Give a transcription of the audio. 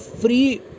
free